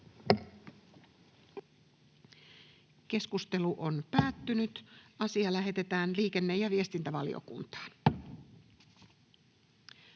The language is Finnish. ehdottaa, että asia lähetetään liikenne- ja viestintävaliokuntaan.